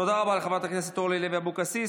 תודה רבה לחברת הכנסת אורלי לוי אבקסיס.